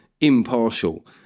impartial